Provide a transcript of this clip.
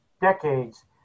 decades